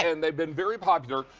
and they've been very popular.